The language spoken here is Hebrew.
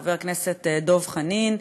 חבר הכנסת דב חנין,